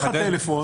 דרך הטלפון.